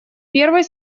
первой